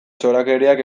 txorakeriak